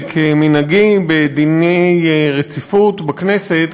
כמנהגי בדיני רציפות בכנסת,